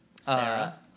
Sarah